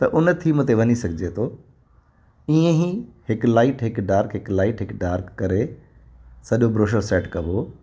उन थीम ते वञी सघिजे थो ईअं ई हिकु लाईट हिकु डार्क हिकु लाईट हिकु डार्क करे सॼो ब्रॉशर सेट कॿो